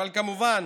אבל כמובן